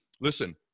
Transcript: listen